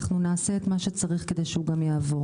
ונעשה את מה שצריך כדי שהוא גם יעבור.